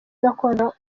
gakondo